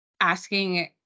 asking